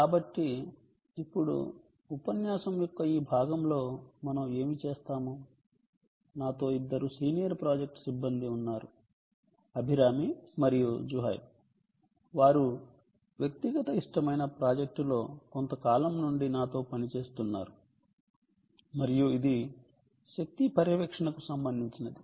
కాబట్టి ఇప్పుడు ఉపన్యాసం యొక్క ఈ భాగంలో మనం ఏమి చేస్తాము నాతో ఇద్దరు సీనియర్ ప్రాజెక్ట్ సిబ్బంది ఉన్నారు అభిరామి మరియు జుహైబ్ వారు వ్యక్తిగత ఇష్టమైన ప్రాజెక్టులో కొంతకాలం నుండి నాతో కలిసి పనిచేస్తున్నారు మరియు ఇది శక్తి పర్యవేక్షణకు సంబంధించినది